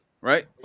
right